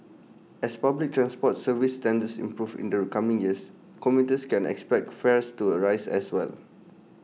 as public transport service standards improve in the coming years commuters can expect fares to rise as well